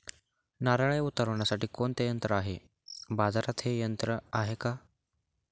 नारळे उतरविण्यासाठी कोणते यंत्र आहे? बाजारात हे यंत्र आहे का?